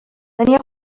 tenia